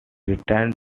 returned